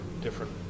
different